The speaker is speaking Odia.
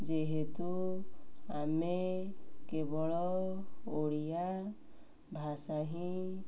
ଯେହେତୁ ଆମେ କେବଳ ଓଡ଼ିଆ ଭାଷା ହିଁ